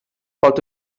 pot